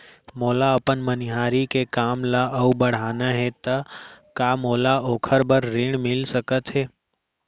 मोला अपन मनिहारी के काम ला अऊ बढ़ाना हे त का मोला ओखर बर ऋण मिलिस सकत हे?